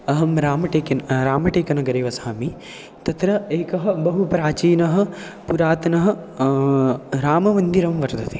अहं रामटेकेन् रामटेकनगरे वसामि तत्र एकः बहु प्राचीनः पुरातनः राममन्दिरं वर्तते